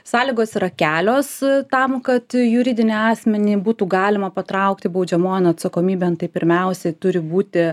sąlygos yra kelios tam kad juridinį asmenį būtų galima patraukti baudžiamojon atsakomybėn tai pirmiausiai turi būti